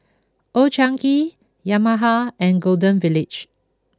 Old Chang Kee Yamaha and Golden Village